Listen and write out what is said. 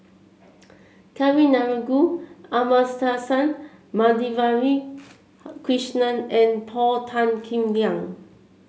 Kavignareru Amallathasan Madhavi Krishnan and Paul Tan Kim Liang